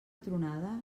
tronada